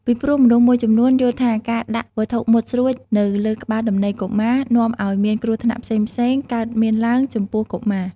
ពីព្រោះមនុស្សមួយចំនួនយល់ថាការដាក់វត្ថុមុតស្រួចនៅលើក្បាលដំណេកកុមារនាំឲ្យមានគ្រោះថ្នាក់ផ្សេងៗកើតមានឡើងចំពោះកុមារ។